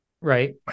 Right